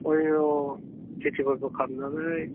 उयन' खिथिबारिखो खालामनानै